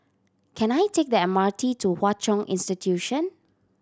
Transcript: can I take the M R T to Hwa Chong Institution